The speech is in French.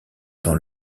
dans